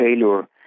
failure